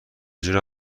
جوره